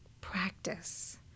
practice